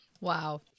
Wow